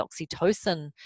oxytocin